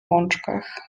łączkach